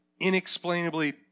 inexplainably